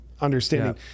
understanding